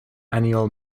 annual